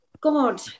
God